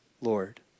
Lord